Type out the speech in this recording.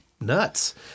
nuts